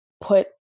put